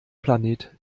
planet